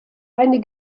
eine